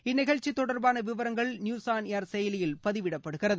இந்நிகழ்ச்சி தொடர்பான விவரங்கள் நியூஸ் ஆன் ஏர் செயலியில் பதிவிடப்படுகிறது